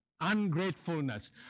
ungratefulness